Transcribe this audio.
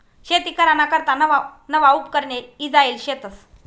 शेती कराना करता नवा नवा उपकरणे ईजायेल शेतस